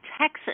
Texas